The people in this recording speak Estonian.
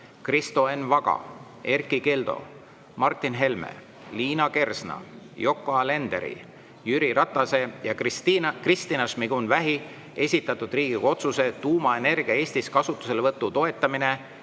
Kristo Enn Vaga, Erkki Keldo, Martin Helme, Liina Kersna, Yoko Alenderi, Jüri Ratase ja Kristina Šmigun-Vähi esitatud Riigikogu otsuse "Tuumaenergia Eestis kasutuselevõtu toetamine"